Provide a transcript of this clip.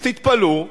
אז תתפלאו,